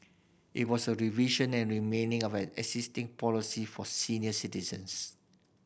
it was a revision and remaining of an existing policy for senior citizens